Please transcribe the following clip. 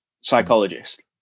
psychologist